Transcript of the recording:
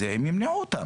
למנוע אותם.